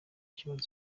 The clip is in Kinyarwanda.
kibazo